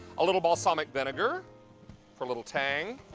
a little balsamic vinegar for a little tang.